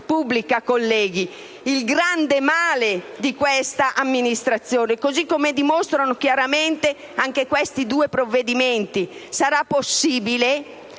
il grande male di questa amministrazione (così come dimostrano chiaramente anche i due provvedimenti in esame)